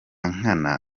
nkana